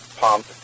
pump